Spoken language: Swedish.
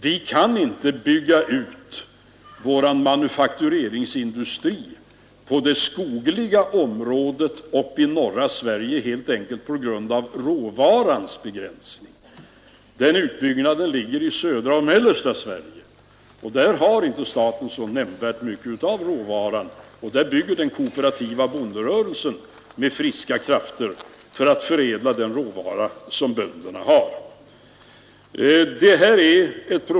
Vi kan inte bygga ut vår manufaktureringsindustri på det skogliga området uppe i norra Sverige helt enkelt på grund av råvarans begränsning. Den utbyggnaden ligger i södra och mellersta Sverige. Där har inte staten nämnvärda mängder av råvaran, och den kooperativa bonderörelsen bygger där med friska krafter för att förädla den råvara som bönderna har.